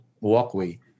walkway